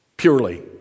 Purely